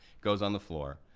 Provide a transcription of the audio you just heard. goes on the floor,